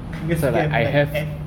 kena scam like F